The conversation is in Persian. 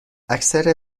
اکثر